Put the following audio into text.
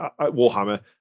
warhammer